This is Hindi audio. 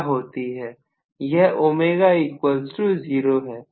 यह ω 0 है